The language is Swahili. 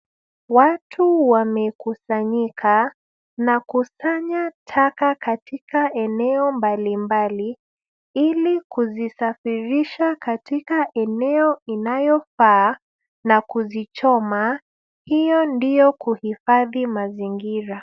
Watu wamekusanyika na kusanya taka katika eneo mbalimbali ili kuzisafirisha katika eneo inayofaa na kuzichoma, hiyo ndiyo kuhifadhi mazingira.